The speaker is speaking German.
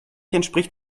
entspricht